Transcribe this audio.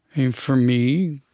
and for me,